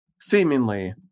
seemingly